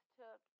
took